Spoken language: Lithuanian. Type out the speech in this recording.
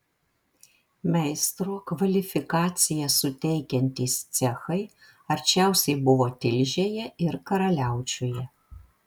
meistro kvalifikaciją suteikiantys cechai arčiausia buvo tilžėje ir karaliaučiuje